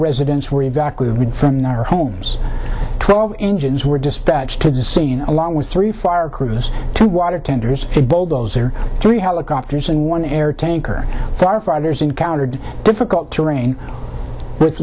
residents were evacuated from their homes twelve engines were dispatched to the scene along with three fire crews two water tenders both those are three helicopters and one air tanker firefighters encountered difficult terrain with